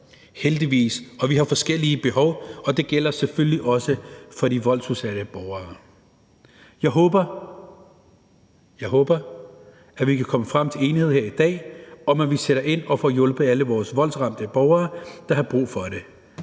heldigvis; vi har forskellige behov, og det gælder selvfølgelig også for de voldsudsatte borgere. Jeg håber – jeg håber – at vi kan komme frem til enighed her i dag, i forhold til at vi sætter ind og får hjulpet alle vores voldsramte borgere, der har brug for det.